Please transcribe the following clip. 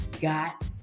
got